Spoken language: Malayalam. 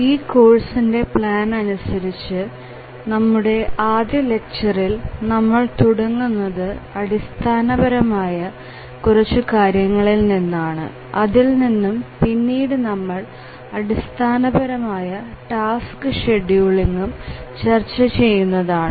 ഈ കോഴ്സിന്റെ പ്ലാൻ അനുസരിച്ച് നമ്മുടെ ആദ്യ ലെക്ചറിൽ നമ്മൾ തുടങ്ങുന്നത് അടിസ്ഥാനപരമായ കുറച്ചു കാര്യങ്ങളിൽ നിന്നാണ് അതിൽ നിന്നും പിന്നീട് നമ്മൾ അടിസ്ഥാനപരമായ ടാസ്ക് ഷെഡ്യൂൾ ഇങ്ങും ചർച്ച ചെയ്യുന്നതാണ്